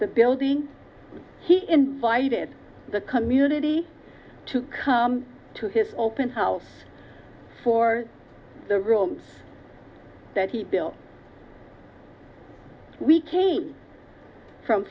the building he invited the community to come to his open house for the rooms that he built we came from